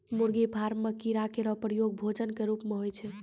मुर्गी फार्म म कीड़ा केरो प्रयोग भोजन क रूप म होय छै